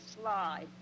slide